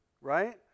right